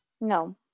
No